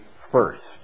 first